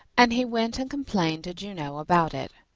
and he went and complained to juno about it.